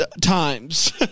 times